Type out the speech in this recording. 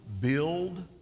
build